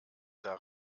der